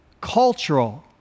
cultural